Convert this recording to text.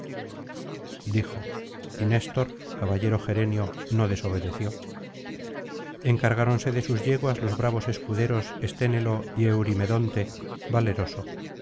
dijo y néstor caballero gerenio no desobedeció encargáronse de sus yeguas los bravos escuderos esténelo y eurimedonte valeroso